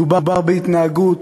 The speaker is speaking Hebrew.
מדובר בהתנהגות